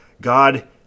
God